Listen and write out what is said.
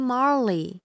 Marley